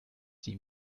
sie